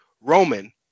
Roman